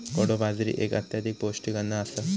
कोडो बाजरी एक अत्यधिक पौष्टिक अन्न आसा